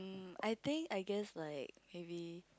um I think I guess like maybe